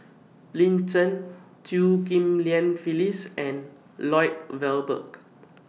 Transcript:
Lin Chen Chew Ghim Lian Phyllis and Lloyd Valberg